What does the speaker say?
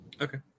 Okay